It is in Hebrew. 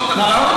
הרבה מחמאות.